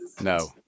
No